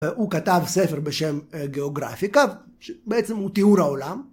הוא כתב ספר בשם גיאוגרפיקה, בעצם הוא תיאור העולם.